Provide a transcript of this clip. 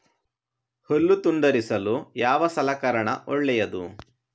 ಹುಲ್ಲು ತುಂಡರಿಸಲು ಯಾವ ಸಲಕರಣ ಒಳ್ಳೆಯದು?